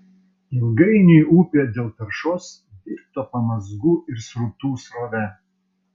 ilgainiui upė dėl taršos virto pamazgų ir srutų srove